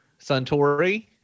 Suntory